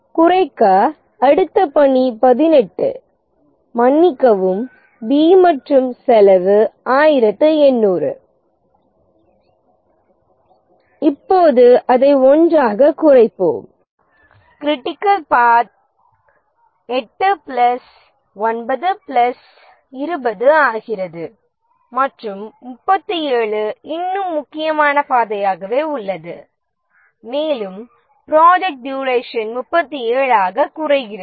குறைக்க அடுத்த பணி 18 மன்னிக்கவும் பி மற்றும் செலவு 1800 இப்போது அதை 1 ஆகக் குறைப்போம் கிரிட்டிக்கல் பாத் 8 பிளஸ் 9 பிளஸ் 20 ஆகிறது மற்றும் 37 இன்னும் முக்கியமான பாதையாகவே உள்ளது மேலும் ப்ராஜெக்ட் டியூரேஷன் 37 ஆக குறைகிறது